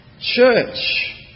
church